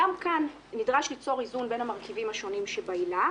גם כאן נדרש ליצור איזון בין המרכיבים השונים שבעילה,